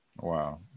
Wow